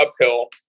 uphill